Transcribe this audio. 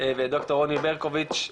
ואת ד"ר רוני ברקוביץ,